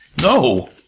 No